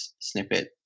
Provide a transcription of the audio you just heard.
snippet